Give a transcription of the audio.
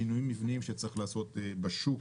שינויים מבניים שצריך לעשות בשוק,